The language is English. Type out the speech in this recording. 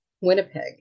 winnipeg